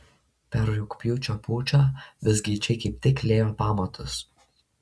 per rugpjūčio pučą vizgaičiai kaip tik liejo pamatus